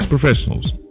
professionals